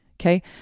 Okay